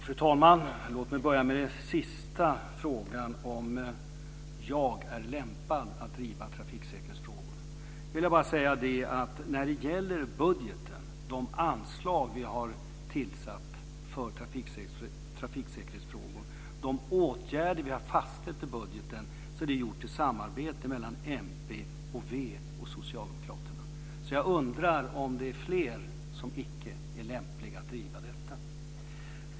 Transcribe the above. Fru talman! Låt mig börja med den sista frågan om huruvida jag är lämpad att driva trafiksäkerhetsfrågor. Anslag har beviljats för trafiksäkerhetsfrågor och åtgärder har fastställts i budgeten i ett samarbete mellan mp, v och Socialdemokraterna. Jag undrar om det är fler som icke är lämpade att driva detta.